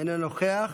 אינו נוכח,